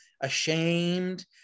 ashamed